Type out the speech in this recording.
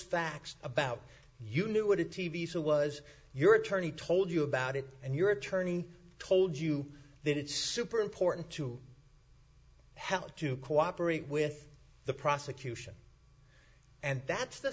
facts about you knew what a t v so was your attorney told you about it and your attorney told you that it's super important to help to cooperate with the prosecution and that's the